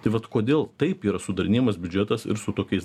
tai vat kodėl taip yra sudarinėjamas biudžetas ir su tokiais